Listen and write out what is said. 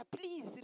please